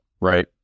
Right